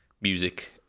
music